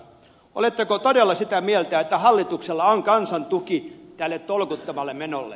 oletteko todella sitä mieltä että hallituksella on kansan tuki tälle tolkuttomalle menolle